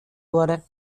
wurde